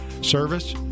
Service